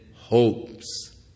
hopes